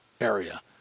area